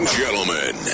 gentlemen